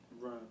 Right